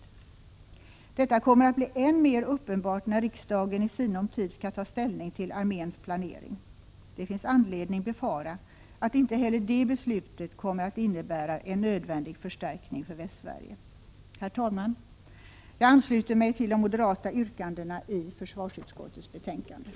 Detta kommer att bli än mer uppenbart när riksdagen i sinom tid skall ta " ställning till arméns planering. Det finns anledning befara att inte heller det beslutet kommer att innebära en nödvändig förstärkning för Västsverige. Herr talman! Jag ansluter mig till de moderata yrkandena i försvarsutskottets betänkande.